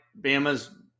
Bama's